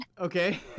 okay